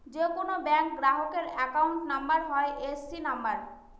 যে কোনো ব্যাঙ্ক গ্রাহকের অ্যাকাউন্ট নাম্বার হয় এ.সি নাম্বার